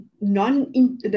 non